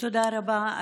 תודה רבה,